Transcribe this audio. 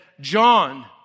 John